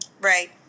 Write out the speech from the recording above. Right